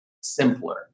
simpler